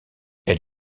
elle